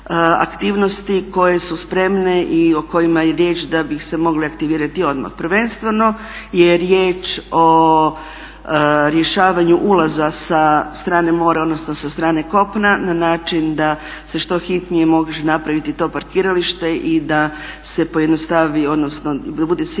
koje su spremne i o kojima je riječ da bi se mogle aktivirati odmah. Prvenstveno je riječ o rješavanju ulaza sa strane mora odnosno sa strane kopna na način da se što hitnije može napraviti to parkiralište i da se pojednostavi odnosno bude siguran